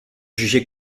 jugée